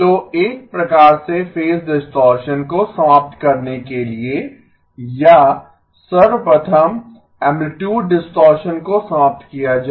तो एक प्रकार से फेज डिस्टॉरशन को समाप्त करने के लिए या सर्वप्रथम ऐमप्लितुड डिस्टॉरशन को समाप्त किया जाय